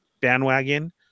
bandwagon